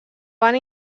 van